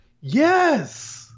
Yes